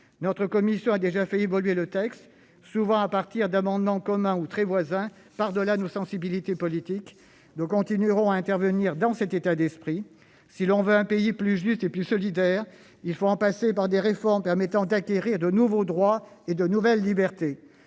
Notre commission a déjà fait évoluer le texte de cette proposition de loi, souvent à partir d'amendements communs ou très voisins, par-delà nos sensibilités politiques. Nous continuerons à intervenir dans cet état d'esprit. Si nous voulons un pays plus juste et plus solidaire, il faut en passer par des réformes permettant d'acquérir de nouveaux droits et de nouvelles libertés.